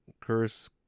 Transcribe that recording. curse